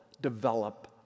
develop